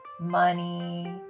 money